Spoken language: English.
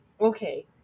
Okay